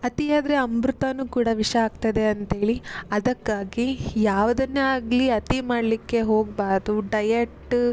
ಅತಿ ಆದರೆ ಅಮೃತನೂ ಕೂಡ ವಿಷ ಆಗ್ತದೆ ಅಂತೇಳಿ ಅದಕ್ಕಾಗಿ ಯಾವುದನ್ನೆ ಆಗಲಿ ಅತಿ ಮಾಡಲಿಕ್ಕೆ ಹೋಗಬಾರ್ದು ಡಯಟ್